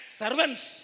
servants